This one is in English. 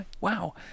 wow